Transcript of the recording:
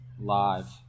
Live